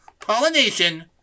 pollination